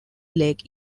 lake